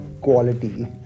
quality